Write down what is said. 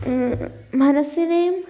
മനസ്സിനേയും